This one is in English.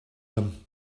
them